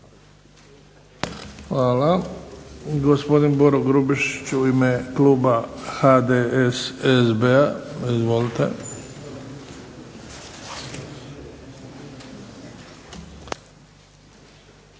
Hvala. Gospodin Boro Grubišić u ime kluba HDSSB-a, izvolite.